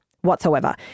whatsoever